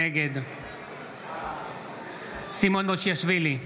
נגד סימון מושיאשוילי,